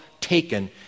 taken